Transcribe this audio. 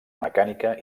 mecànica